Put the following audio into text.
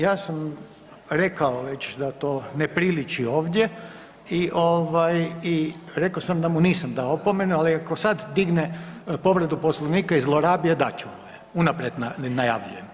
Ja sam rekao već da to ne priliči ovdje i rekao sam da mu nisam dao opomenu ali tko sad digne povredu Poslovnika i zlorabi je, dat ću mu je, unaprijed najavljujem.